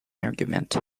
argument